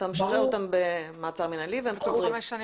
אתה משחרר אותם במעצר מינהלי והם חוזרים.